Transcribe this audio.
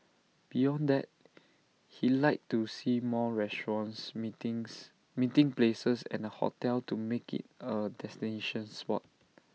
beyond that he like to see more restaurants meetings meeting places and A hotel to make IT A destination spot